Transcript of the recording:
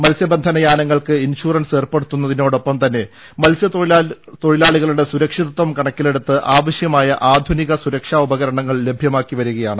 മത്സ്യബന്ധന യാനങ്ങൾക്ക് ഇൻഷൂറൻസ് ഏർപ്പെടുത്തു ന്നതിനോടൊപ്പം തന്നെ മത്സ്യത്തൊഴിലാളികളുടെ സുരക്ഷിതത്വം കണക്കിലെടുത്ത് ആവശ്യമായ ആധുനിക സുരക്ഷാ ഉപകരണങ്ങൾ ലഭ്യമാക്കി വരികയാണ്